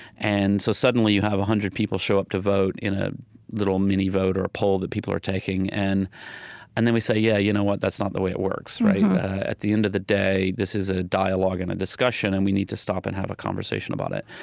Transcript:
and so suddenly you have one hundred people show up to vote in a little mini-vote or a poll that people are taking, and and then we say, yeah you know what? that's not the way it works, right? mm-hmm at the end of the day, this is a dialogue and a discussion, and we need to stop and have a conversation about it.